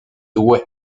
douai